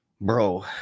bro